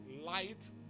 light